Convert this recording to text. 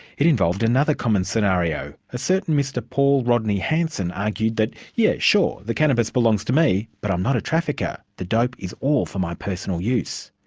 it involved another common scenario a certain mr paul rodney hansen argued argued that, yes, sure, the cannabis belongs to me, but i'm not a trafficker. the dope is all for my personal use.